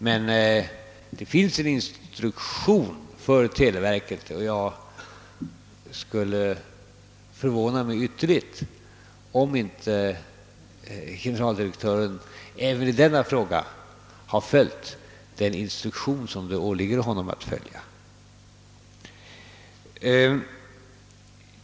Det finns emellertid en instruktion för televerket, och det skulle förvåna mig ytterligt, om inte generaldirektören även i denna fråga har följt den instiruktion som det åligger honom att följa.